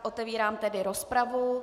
Otevírám tedy rozpravu.